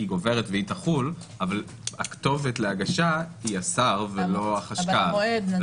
גוברת ותחול אבל הכתובת להגשה היא השר ולא החשכ"ל.